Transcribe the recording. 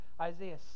Isaiah